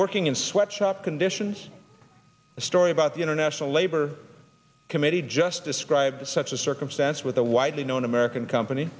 working in sweatshop conditions the story about the international labor committee just described such a circumstance with a widely known american company